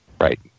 Right